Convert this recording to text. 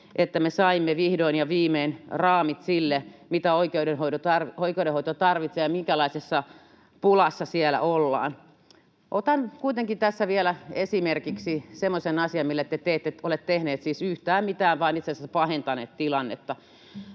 että me saimme vihdoin ja viimein raamit sille, mitä oikeudenhoito tarvitsee ja minkälaisessa pulassa siellä ollaan. Otan kuitenkin tässä vielä esimerkiksi semmoisen asian, mille te ette ole tehneet siis yhtään mitään vaan itse asiassa pahentaneet tilannetta.